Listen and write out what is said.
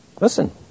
Listen